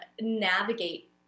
navigate